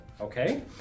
okay